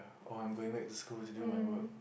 or I'm going back to school to do my work